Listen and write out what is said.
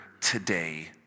today